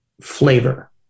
flavor